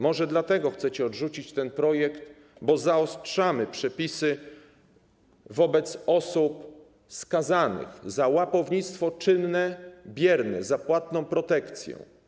Może chcecie odrzucić ten projekt dlatego, że zaostrzamy przepisy wobec osób skazanych za łapownictwo czynne, bierne, za płatną protekcję.